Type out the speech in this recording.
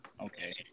Okay